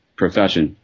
profession